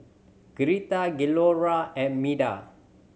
Greta Cleora and Meda